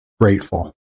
grateful